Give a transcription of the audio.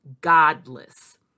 Godless